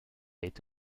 été